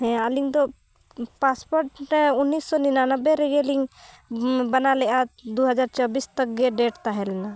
ᱦᱮᱸ ᱟᱹᱞᱤᱧ ᱫᱚ ᱯᱟᱥᱯᱳᱨᱴ ᱨᱮ ᱩᱱᱤᱥᱥᱚ ᱱᱤᱱᱟᱱᱚᱵᱽᱵᱳᱭ ᱨᱮᱜᱮ ᱞᱤᱧ ᱵᱮᱱᱟᱣᱞᱮᱜᱼᱟ ᱫᱩ ᱦᱟᱡᱟᱨ ᱪᱚᱵᱽᱵᱤᱥ ᱛᱚᱠ ᱜᱮ ᱰᱮᱴ ᱛᱟᱦᱮᱸ ᱞᱮᱱᱟ